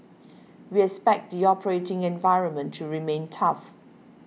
we expect the operating environment to remain tough